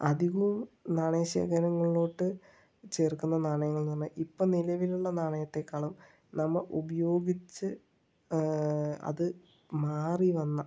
അധികവും നാണയ ശേഖരങ്ങളിലോട്ട് ചേർക്കുന്ന നാണയങ്ങളിൽ നിന്ന് ഇപ്പോൾ നിലവിലുള്ള നാണയത്തെക്കാളും നമ്മൾ ഉപയോഗിച്ച് അത് മാറി വന്ന